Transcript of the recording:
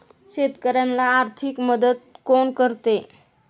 शेतकऱ्यांना आर्थिक मदत कोण करते?